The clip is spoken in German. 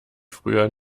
früher